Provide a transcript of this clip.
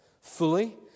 fully